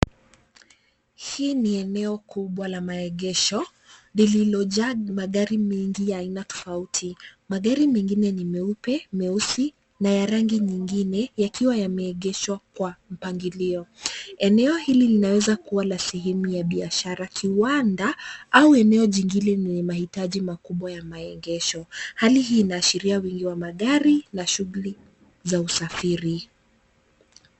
Hii ni eneo kubwa la maegesho lililojaa magari mengi ya aina tofauti. Magari mengine ni meupe, meusi na ya rangi nyingine yakiwa yameegeshwa kwa mpangilio. Eneo hili linaweza kuwa la sehemu ya biashara kiwanda au eneo jingine lenye mahitaji makubwa ya maegesho. Hali hii inaashiria wingi wa magari na shughuli za usafiri.